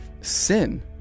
sin